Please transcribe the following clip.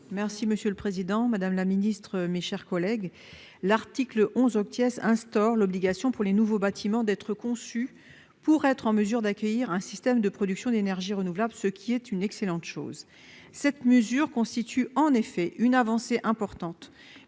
Merci monsieur le président, madame la ministre, mes chers collègues, l'article 11 obtiennent instaure l'obligation pour les nouveaux bâtiments d'être conçue pour être en mesure d'accueillir un système de production d'énergie renouvelable, ce qui est une excellente chose, cette mesure constitue en effet une avancée importante,